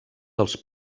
dels